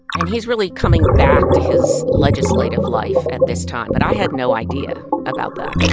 and he's really coming back to his legislative life at this time, but i had no idea about that